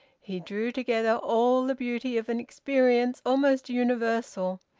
he drew together all the beauty of an experience almost universal,